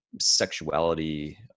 sexuality